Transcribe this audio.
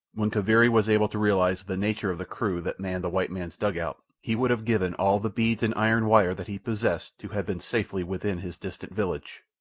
when kaviri was able to realize the nature of the crew that manned the white man's dugout, he would have given all the beads and iron wire that he possessed to have been safely within his distant village.